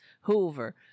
Hoover